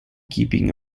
keeping